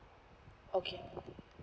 okay